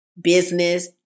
business